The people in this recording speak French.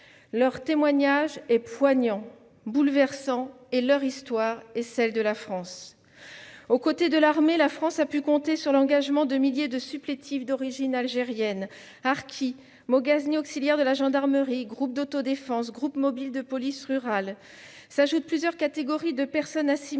Leur parole est poignante, bouleversante, et leur histoire est celle de la France. Aux côtés de l'armée, la France a pu compter sur l'engagement de milliers de supplétifs d'origine algérienne : harkis, moghaznis, auxiliaires de la gendarmerie, groupes d'autodéfense, groupes mobiles de police rurale. S'y ajoutent plusieurs catégories de personnes assimilées